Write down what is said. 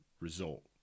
result